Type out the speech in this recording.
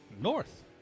North